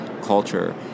culture